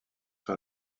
sur